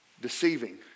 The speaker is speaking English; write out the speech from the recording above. deceiving